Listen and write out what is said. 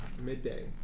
midday